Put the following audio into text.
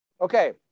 Okay